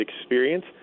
experience